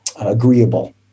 agreeable